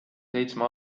seitsme